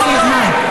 תוסיפי לי זמן.